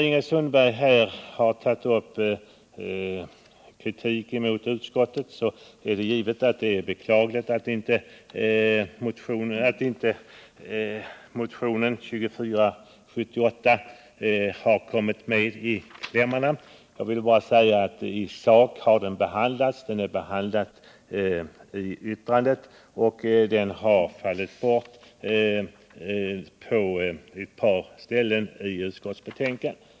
Ingrid Sundberg framförde viss kritik mot skatteutskottet, och det är givetvis beklagligt att motionen 2478 inte har kommit med i hemställan. I sak har motionen behandlats; den är behandlad i yttrandet, men den har fallit bort på ett par ställen i hemställan.